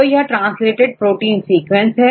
तो यह translated protein sequence है